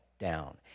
down